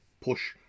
push